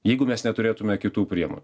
jeigu mes neturėtume kitų priemo